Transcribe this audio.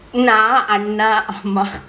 நா அண்ணெ அம்மா:naa anne amma